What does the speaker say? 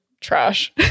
trash